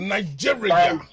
Nigeria